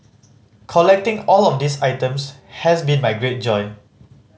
collecting all of these items has been my great joy